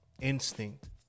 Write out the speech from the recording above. Instinct